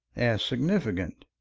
as significant,